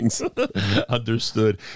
Understood